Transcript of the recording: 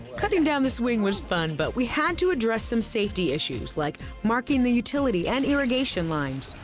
cutting down the swing was fun, but we had to address some safety issues, like marking the utility and irrigation lines.